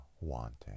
wanting